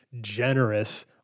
generous